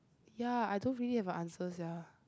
ya I don't really have an answer sia